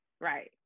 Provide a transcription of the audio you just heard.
right